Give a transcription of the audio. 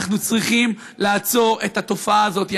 אנחנו צריכים לעצור את התופעה הזאת.